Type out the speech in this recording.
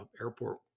Airport